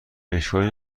اشکالی